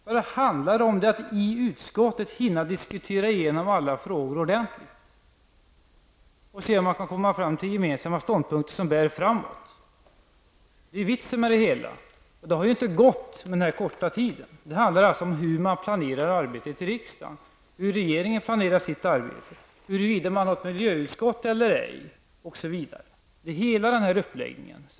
Vad det handlar om är att hinna diskutera igenom alla frågor ordentligt i utskottet och se om man kan komma fram till gemensamma ståndpunkter som bär framåt. Det är vitsen med det hela. Det har inte gått på denna korta tid. Det handlar alltså om hur man planerar arbetet i riksdagen, huruvida man har ett miljöutskott, hur regeringen planerar sitt arbete osv. Vi har kritiserat hela uppläggningen.